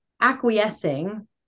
acquiescing